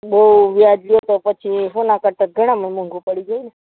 બહુ વ્યાજ લો તો પછી સોના કરતાં તો ઘડામણ મોંઘુ પડી જાય ને